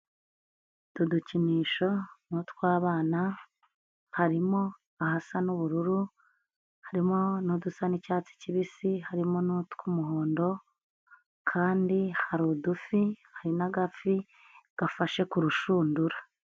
Utu dukinisho mu tw'abana, harimo ahasa n'ubururu, harimo n'udusa n'icyatsi kibisi, harimo tw'umuhondo, kandi hari udufi, hari n'agafi gafashe ku rushundura.